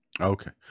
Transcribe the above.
Okay